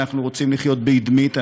אנחנו רוצים לחיות באדמית,